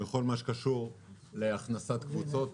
בכל הקשור להכנסת קבוצות.